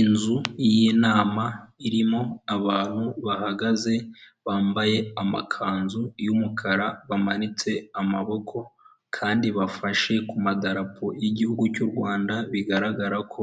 Inzu y'inama irimo abantu bahagaze bambaye amakanzu y'umukara, bamanitse amaboko kandi bafashe ku madarapo yigihugu cy'u Rwanda, bigaragara ko